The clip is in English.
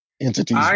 entities